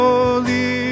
Holy